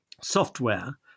software